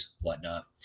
whatnot